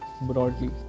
broadly